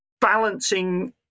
balancing